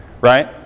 right